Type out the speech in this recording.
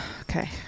Okay